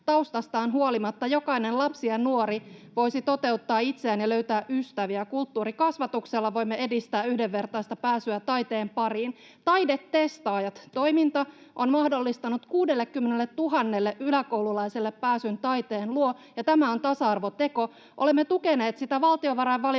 taustastaan huolimatta jokainen lapsi ja nuori voisi toteuttaa itseään ja löytää ystäviä. Kulttuurikasvatuksella voimme edistää yhdenvertaista pääsyä taiteen pariin. Taidetestaajat-toiminta on mahdollistanut 60 000 yläkoululaiselle pääsyn taiteen luo, ja tämä on tasa-arvoteko. Olemme tukeneet sitä valtiovarainvaliokunnassa